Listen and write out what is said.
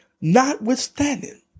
notwithstanding